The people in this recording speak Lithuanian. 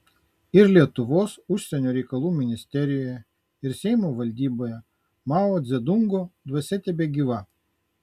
ir lietuvos užsienio reikalų ministerijoje ir seimo valdyboje mao dzedungo dvasia tebegyva